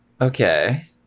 Okay